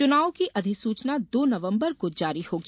चुनाव की अधिसूचना दो नवम्बर को जारी होगी